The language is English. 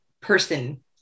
person